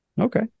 okay